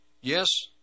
yes